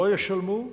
לא ישלמו,